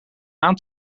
aan